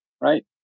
right